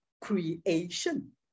creation